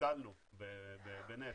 וניצלנו בנס.